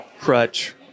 crutch